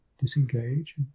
disengage